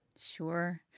Sure